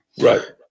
Right